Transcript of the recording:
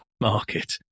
market